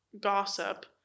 gossip